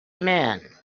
men